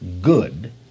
good